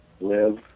live